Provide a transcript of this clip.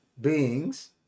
beings